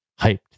hyped